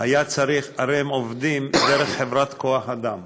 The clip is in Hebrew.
היה צריך, הרי הם עובדים דרך חברת כוח אדם,